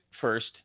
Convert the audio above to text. first